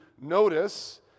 notice